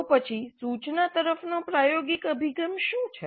તો પછી સૂચના તરફનો પ્રાયોગિક અભિગમ શું છે